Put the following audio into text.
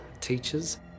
teachers